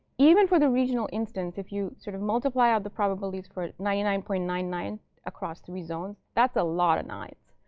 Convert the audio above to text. even for the regional instance, if you sort of multiply out the probabilities for ninety nine point nine nine across three zones, that's a lot of nines.